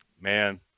Man